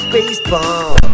Baseball